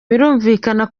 birumvikana